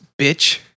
bitch